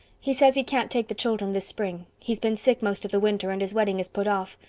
he says he can't take the children this spring. he's been sick most of the winter and his wedding is put off.